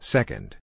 Second